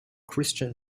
christian